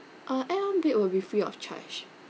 uh add-on bed will be free of charge